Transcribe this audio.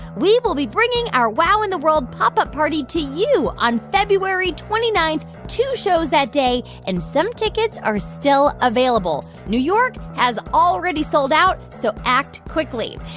we will be bringing our wow in the world pop up party to you on february twenty nine two shows that day, and some tickets are still available. new york has already sold out so act quickly.